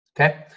Okay